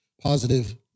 Positive